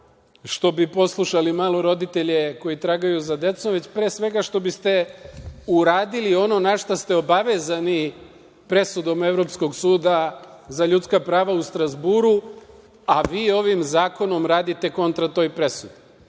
što bi poslušali malo roditelje koji tragaju za decom, već pre svega što bi ste uradili ono na šta ste obavezani presudom Evropskog suda za ljudska prava u Strazburu, a vi ovim zakonom radite kontra toj presudi. Niko